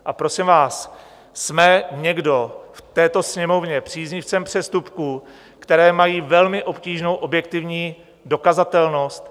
A prosím vás, jsme někdo v této Sněmovně příznivcem přestupků, které mají velmi obtížnou objektivní dokazatelnost?